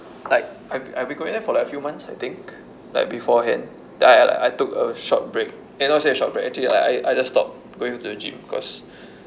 like I I've been going there for like a few months I think like beforehand then like I took a short break eh not say short break actually I I just stopped going to the gym because